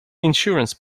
insurance